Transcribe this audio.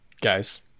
Guys